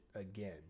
again